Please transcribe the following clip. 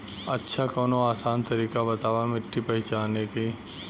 अच्छा कवनो आसान तरीका बतावा मिट्टी पहचाने की?